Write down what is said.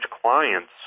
clients